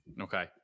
Okay